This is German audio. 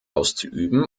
auszuüben